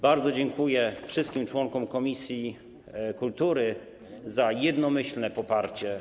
Bardzo dziękuję wszystkim członkom komisji kultury za jednomyślne poparcie.